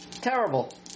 Terrible